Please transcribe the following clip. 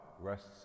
rests